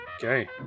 Okay